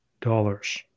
dollars